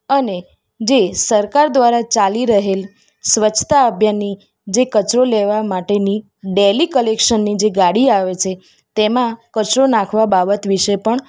અને જે સરકાર દ્વારા ચાલી રહેલી સ્વચ્છતા અભિયાનની જે કચરો લેવા માટેની ડેઈલી કલૅક્શનની જે ગાડી આવે છે તેમાં કચરો નાખવાં બાબત વિષે પણ